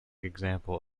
example